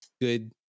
good